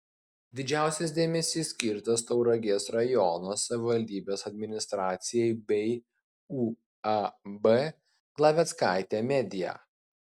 didžiausias dėmesys skirtas tauragės rajono savivaldybės administracijai bei uab glaveckaitė media